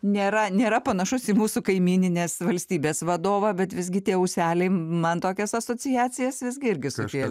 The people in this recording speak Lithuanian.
nėra nėra panašus į mūsų kaimyninės valstybės vadovą bet visgi tie ūseliai man tokias asociacijas visgi irgi sukėlė